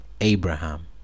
Abraham